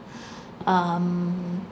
um